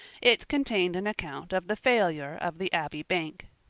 it contained an account of the failure of the abbey bank.